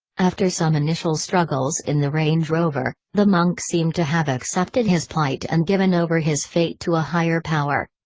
after some initial struggles in the range rover, the monk seemed to have accepted his plight and given over his fate to a higher power.